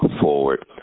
forward